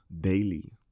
daily